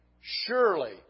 Surely